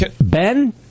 Ben